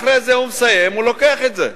אחרי שהוא מסיים, הוא לוקח את זה.